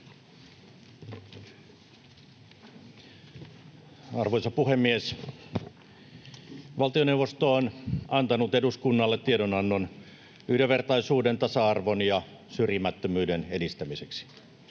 Arvoisa puhemies! Valtioneuvosto on antanut eduskunnalle tiedonannon yhdenvertaisuuden, tasa-arvon ja syrjimättömyyden edistämiseksi.